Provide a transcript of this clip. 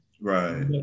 Right